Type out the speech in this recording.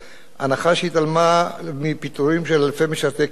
הנחה שהתעלמה מפיטורים של אלפי משרתי קבע ללא